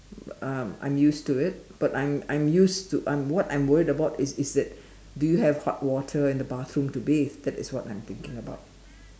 um I'm used to it but I'm I'm I'm used to I'm what I'm worried about is is that do you have hot water in the bathroom to bathe that is what I'm thinking about